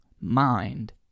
mind